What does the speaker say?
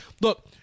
Look